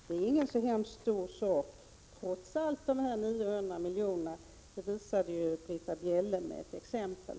900 miljoner är trots allt ingen stor summa — det visade Britta Bjelle med ett exempel.